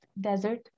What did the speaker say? desert